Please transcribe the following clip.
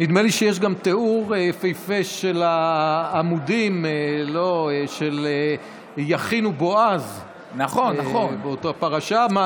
נדמה לי שיש גם תיאור יפהפה של העמודים של יכין ובועז באותה פרשה.